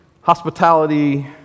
hospitality